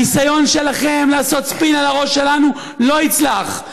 הניסיון שלכם לעשות ספין על הראש שלנו לא יצלח.